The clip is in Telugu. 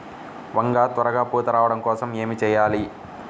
వంగ త్వరగా పూత రావడం కోసం ఏమి చెయ్యాలి?